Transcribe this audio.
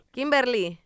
Kimberly